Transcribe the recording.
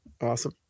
Awesome